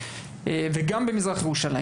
גם במזרח ירושלים.